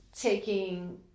taking